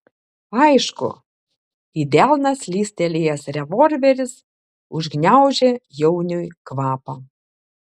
aišku į delną slystelėjęs revolveris užgniaužė jauniui kvapą